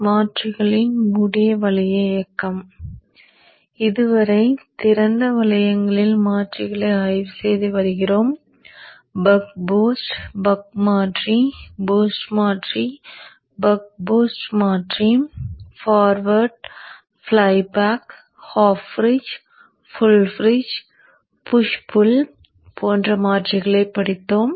மாற்றிகளின் மூடிய வளைய இயக்கம் இதுவரை திறந்த வளையங்களில் மாற்றிகளை ஆய்வு செய்து வருகிறோம் பக் பூஸ்ட் பக் மாற்றி பூஸ்ட் மாற்றி பக் பூஸ்ட் மாற்றி forward flyback half bridge full bridge push pull போன்ற மாற்றிகளை படித்தோம்